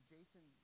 Jason